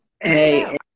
Hey